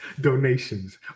donations